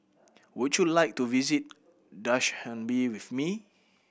would you like to visit Dushanbe with me